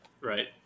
Right